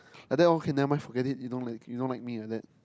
like that okay never mind forget it you don't like you don't like me like that